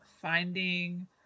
finding